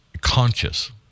conscious